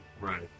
Right